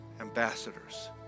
ambassadors